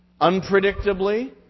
Unpredictably